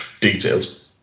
details